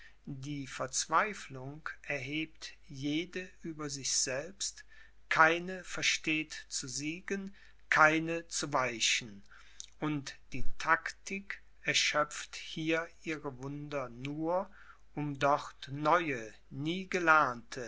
die verzweiflung erhebt jede über sich selbst keine versteht zu siegen keine zu weichen und die taktik erschöpft hier ihre wunder nur um dort neue nie